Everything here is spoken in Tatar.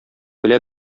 белә